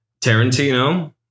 Tarantino